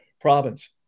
province